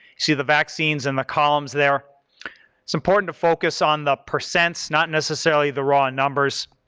see the vaccines in the columns there. it's important to focus on the percents, not necessarily the raw numbers.